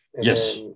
Yes